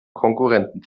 konkurrenten